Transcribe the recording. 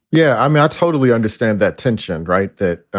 yeah, i mean, i totally understand that tension, right? that,